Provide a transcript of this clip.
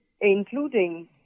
including